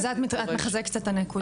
את מחזקת את הנקודה של גאל,